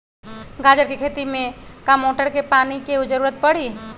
गाजर के खेती में का मोटर के पानी के ज़रूरत परी?